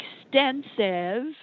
extensive